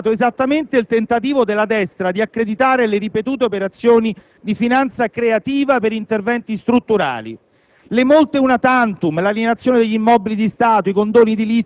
Senatore Vegas, da apprendisti stregoni è stato esattamente il tentativo della destra di accreditare le ripetute operazioni di finanza creativa per interventi strutturali: